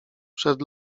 przed